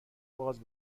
باز